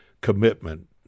commitment